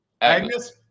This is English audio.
Agnes